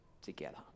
together